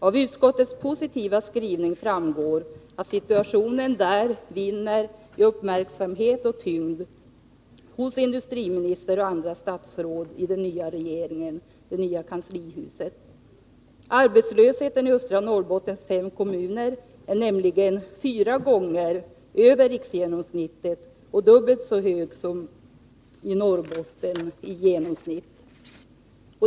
Av utskottets positiva skrivning framgår att situationen där vinner i uppmärksamhet och tyngd hos industriministern och andra statsråd i den nya regeringen, i det nya kanslihuset. Arbetslösheten i östra Norrbottens fem kommuner är nämligen fyra gånger högre än riksgenomsnittet och dubbelt så hög som i Norrbotten i genomsnitt.